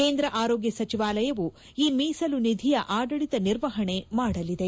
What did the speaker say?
ಕೇಂದ್ರ ಆರೋಗ್ಲ ಸಚಿವಾಲಯವು ಈ ಮೀಸಲು ನಿಧಿಯ ಆಡಳಿತ ನಿರ್ವಹಣೆ ಮಾಡಲಿದೆ